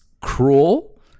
cruel